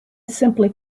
simply